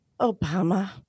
Obama